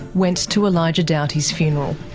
went to elijah doughty's funeral.